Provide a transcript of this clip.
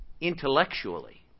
intellectually